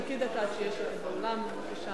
חכי דקה עד שיהיה שקט באולם בבקשה.